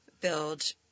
build